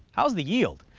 how's the yield?